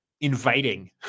inviting